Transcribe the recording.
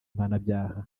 mpanabyaha